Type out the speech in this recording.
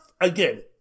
again